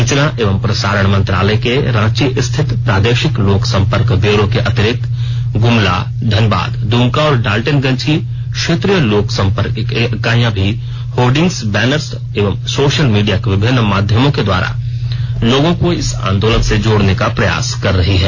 सूचना एवं प्रसारण मंत्रालय के रांची स्थित प्रादेशिक लोकसंपर्क ब्यूरो के अतिरिक्त गुमला धनबाद दुमका और डालटेनगंज की क्षेत्रीय लोकसंपर्क इकाइयों भी हार्डिंग्स बैनर्स एवं सोशल मीडिया के विभिन्न माध्यमों के द्वारा लोगों को इस आंदोलन से जोड़ने का प्रयास कर रही हैं